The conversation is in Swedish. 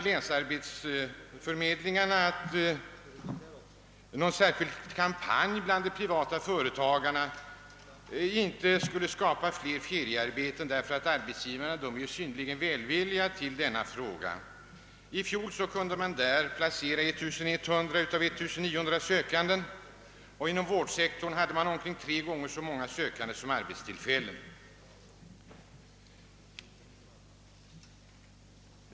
Länsarbetsförmedlingarna anser att en särskild kampanj bland de privata företagarna inte skulle skapa fler tillfällen till feriearbeten, eftersom arbetsgivarna redan nu är synnerligen välvilligt inställda till denna fråga. I fjol kunde man exempelvis i Västerbottens län endast placera 1100 av 1900 sökande, och inom vårdsektorn hade man ungefär tre gånger så många sökande som arbetstillfällen.